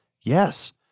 Yes